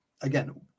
Again